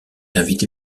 invité